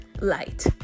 light